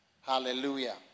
Hallelujah